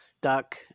duck